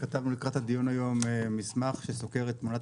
כתבנו לקראת הדיון היום מסמך שסוקר את תמונת